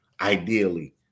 Ideally